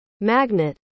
magnet